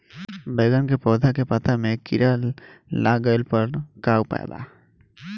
बैगन के पौधा के पत्ता मे कीड़ा लाग गैला पर का उपाय बा?